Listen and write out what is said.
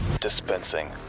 dispensing